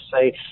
say